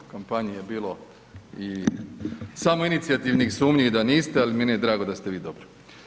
U kampanji je bilo i samoinicijativnih sumnji da niste, ali meni je drago da ste vi dobro.